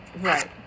Right